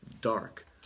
dark